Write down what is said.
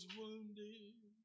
wounded